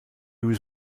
was